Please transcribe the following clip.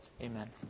Amen